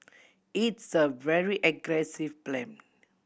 it's a very aggressive plan